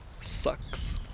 sucks